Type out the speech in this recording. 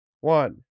one